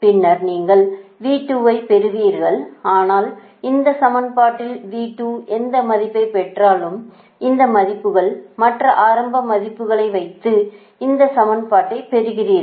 பின்னர் நீங்கள் V2 ஐப் பெறுவீர்கள் ஆனால் இந்த சமன்பாட்டில் V2 எந்த மதிப்பை பெற்றாலும் இந்த மதிப்புகள் மற்ற ஆரம்ப மதிப்புகளை வைத்து இந்த சமன்பாட்டை பெறுகிறீர்கள்